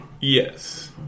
Yes